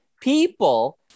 People